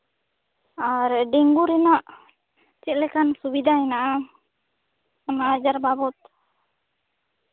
ᱟᱨ dengue ᱨᱮᱱᱟᱜ ᱪᱮᱫ ᱞᱮᱠᱟ ᱥᱩᱵᱤᱫᱷᱟ ᱢᱮᱱᱟᱜᱼᱟ ᱚᱱᱟ ᱟᱡᱟᱨ ᱵᱟᱵᱚᱛ